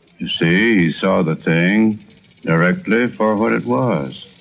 you see, he saw the thing directly for what it was.